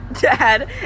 dad